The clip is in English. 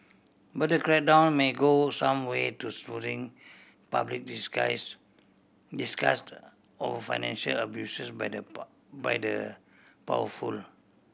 but the crackdown may go some way to soothing public disgust over financial abuses by the by the powerful